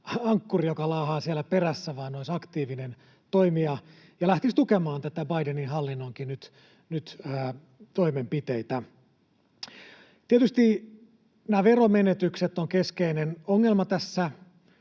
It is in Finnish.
ankkuri, joka laahaa siellä perässä, vaan olisi aktiivinen toimija ja lähtisi tukemaan näitä Bidenin hallinnonkin toimenpiteitä. Tietysti nämä veromenetykset ovat keskeinen ongelma tässä